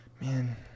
man